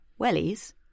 Wellies